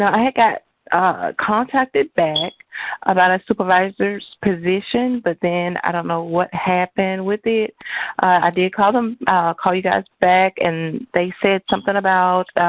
i got contacted back about a supervisor's position, but then i don't know what happened with it. i did call them call you guys back, and they said something about